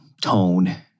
tone